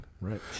Right